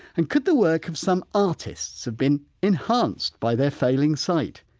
and could the work of some artists have been enhanced by their failing sight?